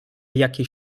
jakieś